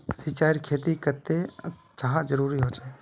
सिंचाईर खेतिर केते चाँह जरुरी होचे?